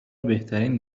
بهترین